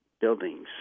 buildings